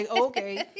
okay